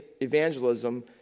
evangelism